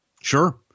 Sure